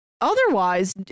otherwise